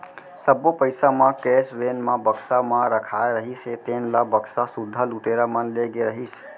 सब्बो पइसा म कैस वेन म बक्सा म रखाए रहिस हे तेन ल बक्सा सुद्धा लुटेरा मन ले गे रहिस